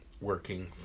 working